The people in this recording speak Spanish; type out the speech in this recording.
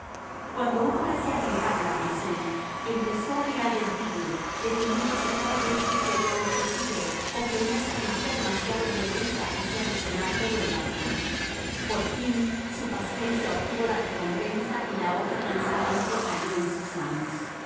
cuando hubo casi arrancado el armazón empezó a tirar del vidrio deteniéndose cada vez que se oía un crujido o que una sacudida demasiado violenta hacía resonar todo el balcón por fin su paciencia obtuvo la recompensa y la hoja transparente cayó en sus manos